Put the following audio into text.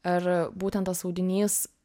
ar būtent tas audinys